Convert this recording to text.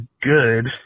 good